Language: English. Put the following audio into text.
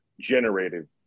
generated